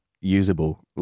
usable